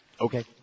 Okay